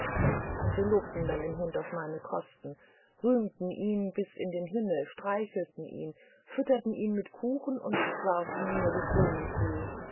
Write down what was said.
und sie lobten dann den hund auf meine kosten rühmten ihn bis in den himmel streichelten ihn fütterten ihn mit kuchen und warfen mir die krumen zu